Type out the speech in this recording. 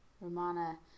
Romana